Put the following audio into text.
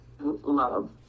love